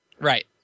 Right